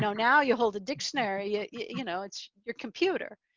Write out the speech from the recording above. now you hold a dictionary, yeah you know it's your computer.